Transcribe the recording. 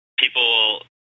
People